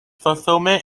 fulfillment